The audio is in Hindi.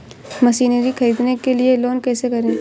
मशीनरी ख़रीदने के लिए लोन कैसे करें?